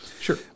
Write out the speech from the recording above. Sure